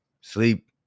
sleep